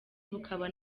bukaba